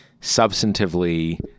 substantively